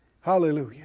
Hallelujah